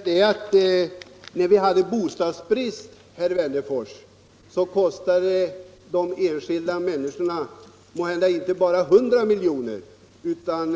Herr talman! Jag vill till att börja med säga att när vi hade bostadsbrist, herr Wennerfors, kostade den de enskilda människorna måhända inte bara hundra miljoner kronor, utan